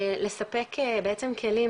לספק בעצם כלים